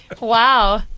Wow